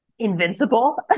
invincible